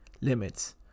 Limits